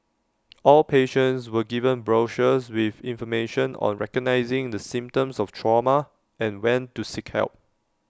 all patients were given brochures with information on recognising the symptoms of trauma and when to seek help